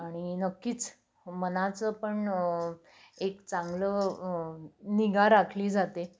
आणि नक्कीच मनाचं पण एक चांगलं निगा राखली जाते